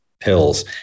pills